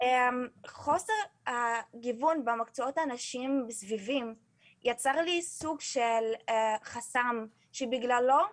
חוסר הגיוון במקצועות הנשיים סביבי יצר לי סוג של חסם שבגללו,